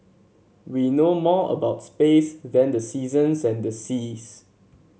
we know more about space than the seasons and the seas